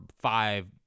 five